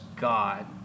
God